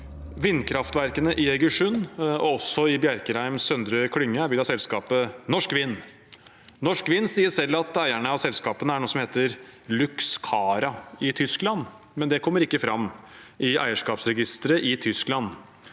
Vindkraftverkene i Egersund, og også i Bjerkreim Søndre Klynge, vil ha selskapet Norsk Vind. Norsk Vind sier selv at eierne av selskapene er noe som heter Luxcara i Tyskland, men det kommer ikke fram i eierskapsregisteret i Tyskland.